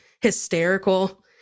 hysterical